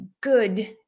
good